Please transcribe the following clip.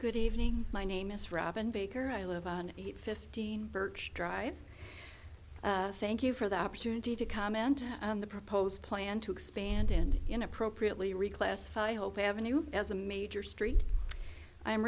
good evening my name is robin baker i live on eight fifteen birch drive thank you for the opportunity to comment on the proposed plan to expand and in appropriately reclassify hope avenue as a major street i